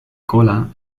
cola